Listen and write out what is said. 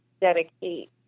dedicate